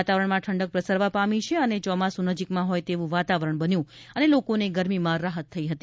વાતાવરણમાં ઠંડક પ્રસરવા પામી છે અને ચોમાસું નજીકમાં હોય તેવું વાતાવરણ બન્યું હતું લોકોને ગરમીમાં રાહત થઈ હતી